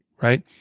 right